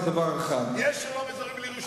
יש שלום אזורי בלי ירושלים?